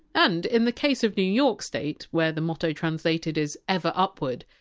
and in the case of new york state, where the motto translated is! ever upward,